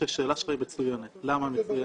שהשאלה שלך היא מצוינת, למה היא מצוינת?